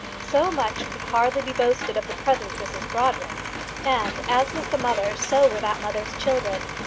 so much could hardly be boasted of the present mrs brodrick and, as was the mother, so were that mother's children.